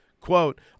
Quote